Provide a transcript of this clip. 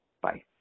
bye